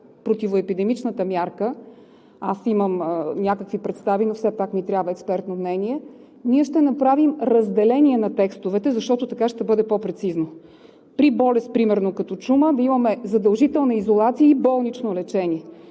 противоепидемичната мярка, аз имам някакви представи, но все пак ни трябва експертно мнение, ние ще направим разделение на текстовете, защото така ще бъде по-прецизно. При болест примерно като чума да имаме задължителна изолация и болнично лечение.